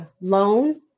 loan